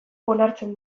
onartzen